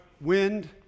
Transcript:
wind